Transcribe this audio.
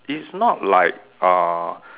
it's not like uh